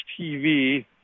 TV